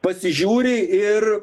pasižiūri ir